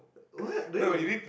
what really